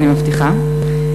אני מבטיחה,